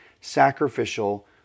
sacrificial